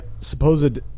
supposed